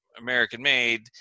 American-made